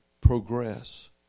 progress